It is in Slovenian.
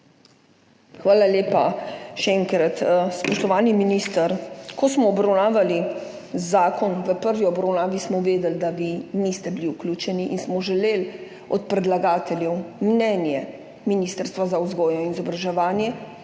Hvala lepa, še enkrat. Spoštovani minister, ko smo obravnavali zakon v prvi obravnavi, smo vedeli, da vi niste bili vključeni, in smo želeli od predlagateljev mnenje Ministrstva za vzgojo in izobraževanje,